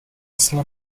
اصلا